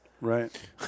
Right